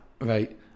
Right